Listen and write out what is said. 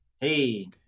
Hey